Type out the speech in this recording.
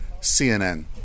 CNN